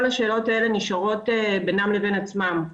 כל השאלות האלה נשארות בינם לבין עצמם.